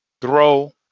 throw